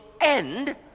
end